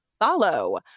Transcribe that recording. follow